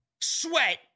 Sweat